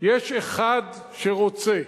יש אחד שרוצה.